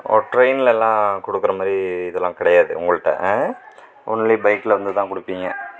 ஓ ட்ரெயின்லலாம் கொடுக்குற மாதிரி இதலாம் கிடையாது உங்ககிட்ட ஆ ஒன்லி பைக்கில் வந்து தான் கொடுப்பிங்க